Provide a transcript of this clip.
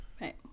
right